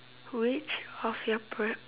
which of your prep~